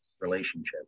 relationship